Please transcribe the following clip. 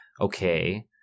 okay